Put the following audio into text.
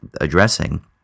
addressing